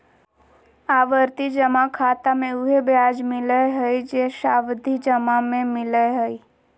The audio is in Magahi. आवर्ती जमा खाता मे उहे ब्याज मिलय हइ जे सावधि जमा में मिलय हइ